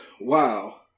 wow